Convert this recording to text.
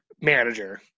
manager